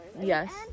yes